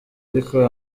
ariko